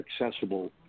accessible